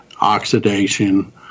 oxidation